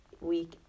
week